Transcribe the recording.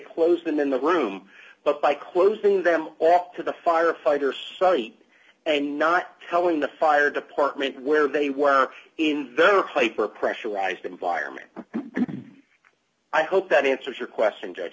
closed them in the room but by closing them off to the firefighter study and not telling the fire department where they were in their hyper pressurized environment i hope that answers your question judge